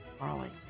Marley